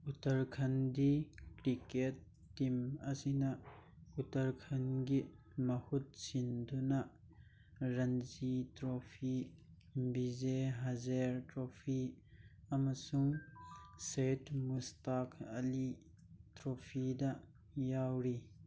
ꯎꯇꯔꯈꯟꯗꯤ cricket team ꯑꯁꯤꯅ ꯎꯇꯔꯈꯟꯒꯤ ꯃꯍꯨꯠ ꯁꯤꯟꯗꯨꯅ ꯔꯟꯖꯤ ꯇ꯭ꯔꯣꯐꯤ ꯕꯤꯖꯦ ꯍꯖꯦꯔ ꯇ꯭ꯔꯣꯄꯤ ꯑꯃꯁꯨꯡ ꯁꯦꯠ ꯃꯨꯁꯇꯥꯛ ꯑꯂꯤ ꯇ꯭ꯔꯣꯐꯤꯗ ꯌꯥꯎꯔꯤ